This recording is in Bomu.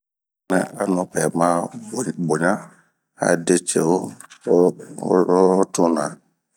Mun nɛ a nupɛ maboɲa,a de ceu ohtun na